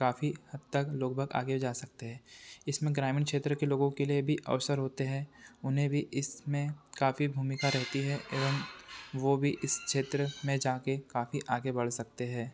काफी हद तक लोगबाग़ आगे जा सकते हैं इसमें ग्रामीण क्षेत्र के लोगों के लिए भी अवसर होते हैं उन्हें भी इसमें काफी भूमिका रहती है एवं वो भी इस क्षेत्र में जाकर काफी आगे बढ़ सकते हैं